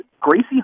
Gracie